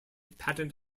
patent